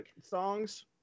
songs